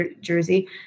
Jersey